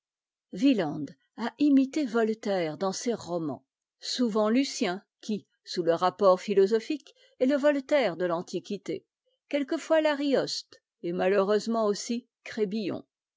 wieland a imité voltaire dans ses romans souvent lucien qui sous le rapport philosophique est le voltaire de l'antiquité quelquefois l'arioste et malheureusement aussi